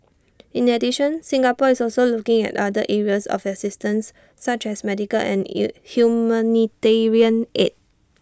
in addition Singapore is also looking at other areas of assistance such as medical and you humanitarian aid